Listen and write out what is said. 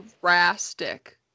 drastic